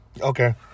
Okay